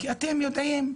כי אתם יודעים.